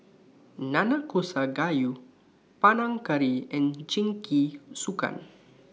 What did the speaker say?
Nanakusa Gayu Panang Curry and Jingisukan